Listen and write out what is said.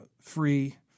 free